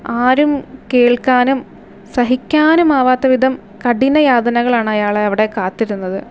ആരും കേൾക്കാനും സഹിക്കാനും ആകാത്ത വിധം കഠിനയാതനകളാണ് അയാളെ അവിടെ കാത്തിരുന്നത്